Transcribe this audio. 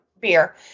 beer